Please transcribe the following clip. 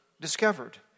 discovered